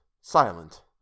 silent